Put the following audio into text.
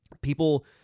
People